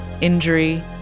injury